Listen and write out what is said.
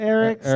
Eric